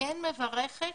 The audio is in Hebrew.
כן מברכת